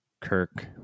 kirk